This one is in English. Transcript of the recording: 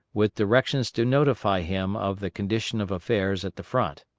with directions to notify him of the condition of affairs at the front.